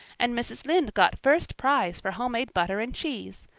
and mrs. lynde got first prize for homemade butter and cheese.